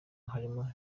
harimo